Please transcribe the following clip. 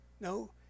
No